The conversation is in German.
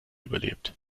überlebt